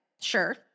Sure